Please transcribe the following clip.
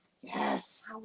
Yes